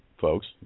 folks